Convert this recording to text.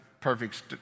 perfect